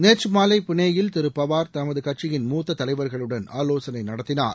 நேற்று மாலை புனேயில் திரு பவார் தமது கட்சியின் மூத்த தலைவர்களுடன் ஆவோசனை நடத்தினார்